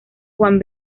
juan